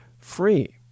free